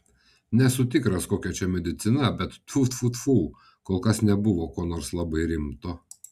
nesu tikras kokia čia medicina bet tfu tfu tfu kol kas nebuvo ko nors labai rimto